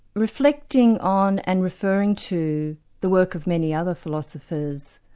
reflecting on and referring to the work of many other philosophers,